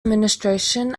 administration